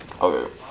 Okay